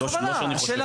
שוב,